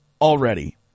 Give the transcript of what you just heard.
Already